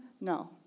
No